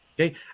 Okay